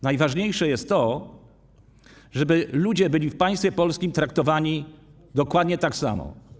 Najważniejsze jest to, żeby ludzie byli w państwie polskim traktowani dokładnie tak samo.